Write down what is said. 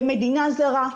במדינה זרה,